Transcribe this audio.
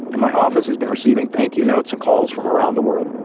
and my office has been receiving thank you notes and cards from around the world.